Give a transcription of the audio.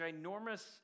ginormous